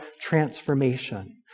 transformation